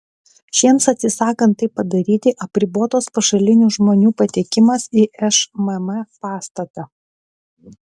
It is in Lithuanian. šiems atsisakant tai padaryti apribotas pašalinių žmonių patekimas į šmm pastatą